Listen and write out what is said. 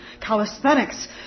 Calisthenics